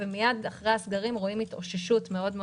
ומייד אחרי הסגרים רואים התאוששות יפה מאוד,